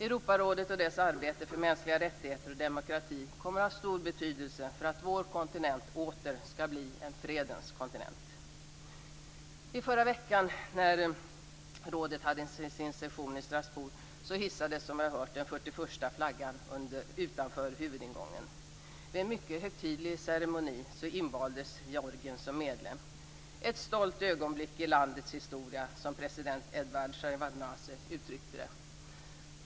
Europarådet och dess arbete för mänskliga rättigheter och demokrati kommer att ha stor betydelse för att vår kontinent åter skall bli en fredens kontinent. I förra veckan när rådet hade sin session i Strasbourg hissades den 41:a flaggan utanför huvudingången. Vid en mycket högtidlig ceremoni invaldes Georgien som medlem. Ett stolt ögonblick i landets historia, som president Eduard Sjevardnadze uttryckte det.